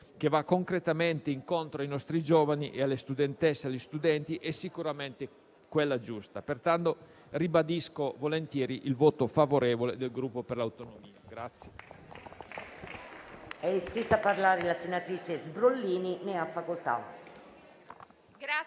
che va concretamente incontro ai nostri giovani, alle studentesse e agli studenti, è sicuramente quella giusta. Pertanto, ribadisco volentieri il voto favorevole del Gruppo Per le Autonomie.